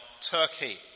Turkey